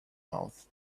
mouth